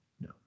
No